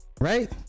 Right